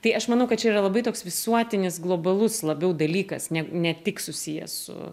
tai aš manau kad čia yra labai toks visuotinis globalus labiau dalykas ne tik susijęs su